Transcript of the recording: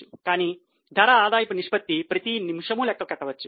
కానీ ధర ఆదాయపు నిష్పత్తి ప్రతి నిమిషము లెక్కించవచ్చు